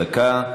דקה,